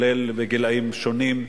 גילאים שונים,